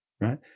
right